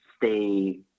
Stay